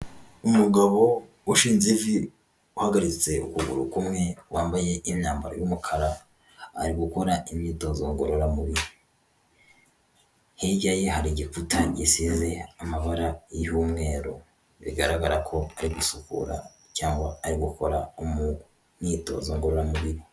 Umugabo ushinze ivi, uhagaritse ukuguru kumwe, wambaye imyambaro y'umukara. Ari gukora imyitozo ngororamubiri, hirya ye hari igikuta gisize amabara y'umweru. Bigaragara ko ari gusukura cyangwa ari gukora umu imyitozo ngororamubiri.